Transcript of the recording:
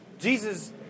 jesus